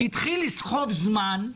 התחיל לסחוב זמן,